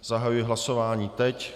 Zahajuji hlasování teď.